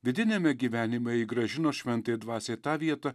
vidiniame gyvenime ji grąžino šventai dvasiai tą vietą